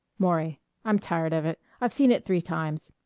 maury i'm tired of it. i've seen it three times.